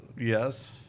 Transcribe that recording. yes